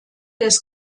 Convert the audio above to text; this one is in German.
des